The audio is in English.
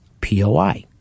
POI